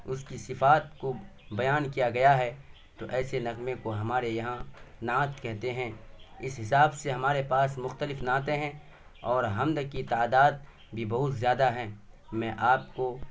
اس کی صفات کو بیان کیا گیا ہے تو ایسے نغمے کو ہمارے یہاں نعت کہتے ہیں اس حساب سے ہمارے پاس مختلف نعتیں ہیں اور حمد کی تعداد بھی بہت زیادہ ہیں میں آپ کو